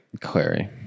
Clary